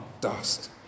dust